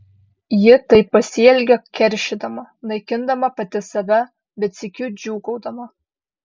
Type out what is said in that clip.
ji taip pasielgė keršydama naikindama pati save bet sykiu džiūgaudama